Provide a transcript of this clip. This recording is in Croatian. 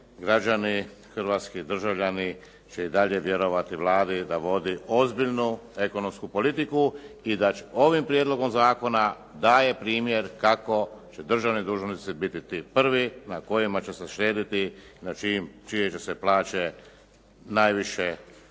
građani, hrvatski državljani će i dalje vjerovati Vladi da vodi ozbiljnu ekonomsku politiku i da će ovim prijedlogom zakona daje primjer kako će državni dužnosnici biti ti prvi na kojima će se štediti, na čijim, čije će se plaće najviše